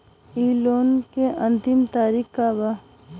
इ लोन के अन्तिम तारीख का बा?